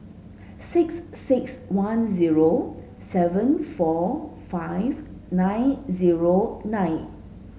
six six one zero seven four five nine zero nine